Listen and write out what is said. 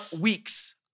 weeks